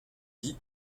dit